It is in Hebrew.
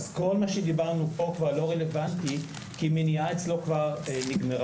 אז כל מה שדיברנו פה כבר לא רלוונטי כי המניעה אצלו כבר נגמרה.